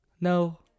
no